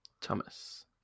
Thomas